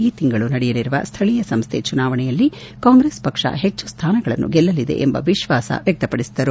ಈ ತಿಂಗಳು ನಡೆಯಲಿರುವ ಸ್ಥಳೀಯ ಸಂಸ್ಥೆ ಚುನಾವಣೆಗಳಲ್ಲಿ ಕಾಂಗ್ರೆಸ್ ಪಕ್ಷ ಹೆಚ್ಚು ಸ್ಥಾನಗಳನ್ನು ಗೆಲ್ಲಲಿದೆ ಎಂಬ ವಿಶ್ವಾಸ ವ್ಯಕ್ತಪಡಿಸಿದರು